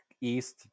East